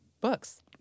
books